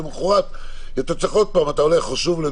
ולמחרת אתה צריך עוד פעם,